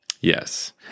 Yes